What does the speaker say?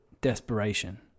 desperation